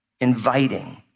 inviting